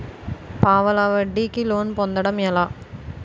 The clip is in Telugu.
పావలా వడ్డీ కి లోన్ పొందటం ఎలా?